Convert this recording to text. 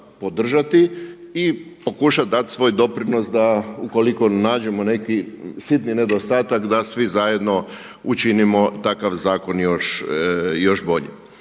i pokušati dati svoj doprinos da ukoliko nađemo neki sitni nedostatak da svi zajedno učinimo takav zakon još boljim.